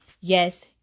Yes